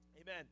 Amen